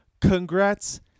congrats